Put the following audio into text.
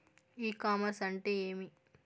ఇ commerce అంటే ఏమి?